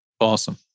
Awesome